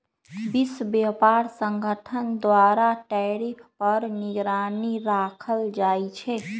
विश्व व्यापार संगठन द्वारा टैरिफ पर निगरानी राखल जाइ छै